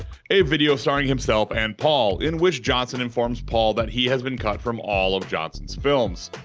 a video starring himself and paul, in which johnson informs paul that he has been cut from all of johnson's films,